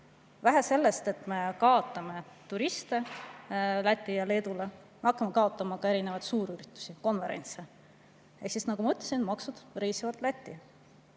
Vähe sellest, et me kaotame turiste Lätile ja Leedule, me hakkame kaotama ka erinevaid suurüritusi ja konverentse. Ehk siis nagu ma ütlesin, maksud reisivad Lätti.